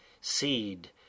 seed